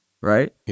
Right